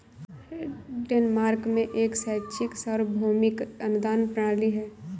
Denmark में एक शैक्षिक सार्वभौमिक अनुदान प्रणाली है